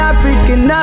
African